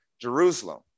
Jerusalem